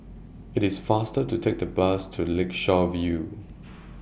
IT IS faster to Take The Bus to Lakeshore View